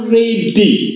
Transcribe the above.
ready